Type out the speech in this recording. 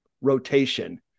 rotation